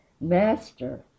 Master